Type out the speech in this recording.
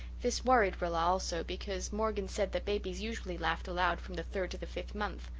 this worried rilla also, because morgan said that babies usually laughed aloud from the third to the fifth month.